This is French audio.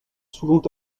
souvent